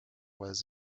was